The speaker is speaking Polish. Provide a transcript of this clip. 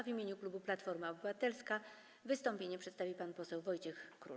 W imieniu klubu Platforma Obywatelska wystąpienie przedstawi pan poseł Wojciech Król.